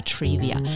Trivia